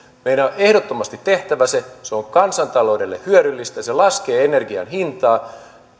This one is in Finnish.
meidän on ehdottomasti se tehtävä se on kansantaloudelle hyödyllistä se laskee energian hintaa